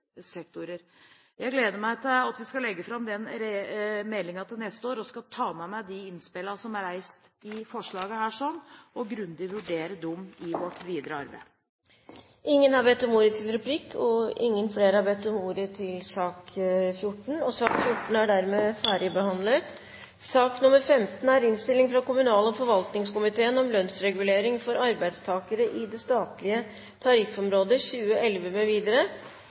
Jeg gleder meg til vi skal legge fram denne meldingen til neste år, og skal ta med meg de innspillene som har kommet i forbindelse med forslaget, og grundig vurdere dem i vårt videre arbeid. Ingen har bedt om ordet til replikk. Flere har heller ikke bedt om ordet til sak nr. 14. Ingen har bedt om ordet. Etter ønske fra næringskomiteen vil presidenten foreslå at debatten begrenses til 1 time og 20 minutter, og at taletiden fordeles slik: Arbeiderpartiet 25 minutter, Fremskrittspartiet 15